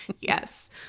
Yes